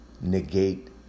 negate